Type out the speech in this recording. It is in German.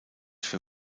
für